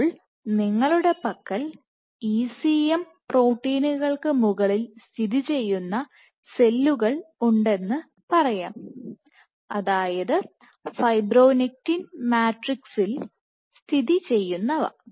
ഇപ്പോൾ നിങ്ങളുടെ പക്കൽ ECMപ്രോട്ടീനുകൾക്ക് മുകളിൽ സ്ഥിതി ചെയ്യുന്ന സെല്ലുകൾ ഉണ്ടെന്നു പറയാം അതായത് ഫൈബ്രോണെക്റ്റിൻ മാട്രിക്സിൽ സ്ഥിതി ചെയ്യുന്നവ